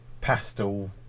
pastel